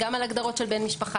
גם על הגדרות של בן משפחה,